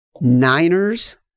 Niners